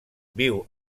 viu